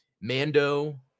Mando